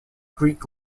greek